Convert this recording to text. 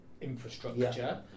infrastructure